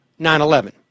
9-11